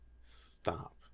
Stop